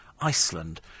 Iceland